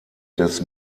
des